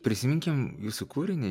prisiminkim jūsų kūrinį